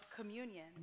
communion